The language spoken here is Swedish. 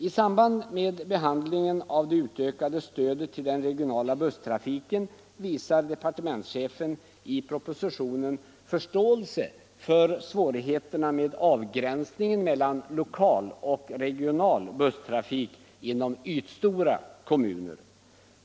I samband med behandlingen av det utökade stödet till den regionala busstrafiken visar departementschefen i propositionen förståelse för svårigheterna med avgränsningen mellan lokal och regional busstrafik inom ytstora kommuner.